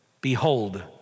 behold